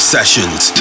Sessions